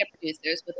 producers